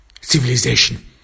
civilization